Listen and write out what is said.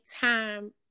time